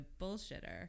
bullshitter